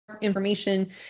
information